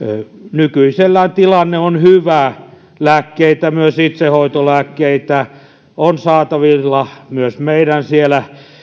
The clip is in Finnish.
nykyisellään tilanne on hyvä ja lääkkeitä myös itsehoitolääkkeitä on saatavilla myös siellä